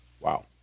Wow